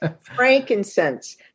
frankincense